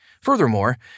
Furthermore